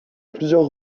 plusieurs